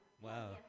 wow